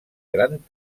gran